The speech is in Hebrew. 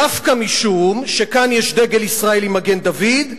דווקא משום שכאן יש דגל ישראל עם מגן-דוד,